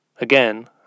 Again